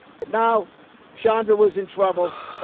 but now chandra was in trouble.